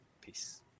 peace